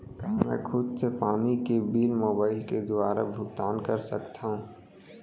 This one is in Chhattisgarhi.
का मैं खुद से पानी के बिल मोबाईल के दुवारा भुगतान कर सकथव?